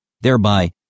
thereby